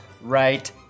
right